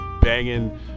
banging